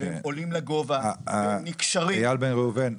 הם עולים לגובה והם נקשרים --- איל בן ראובן,